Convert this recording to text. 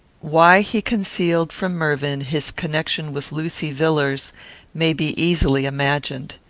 why he concealed from mervyn his connection with lucy villars may be easily imagined.